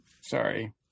Sorry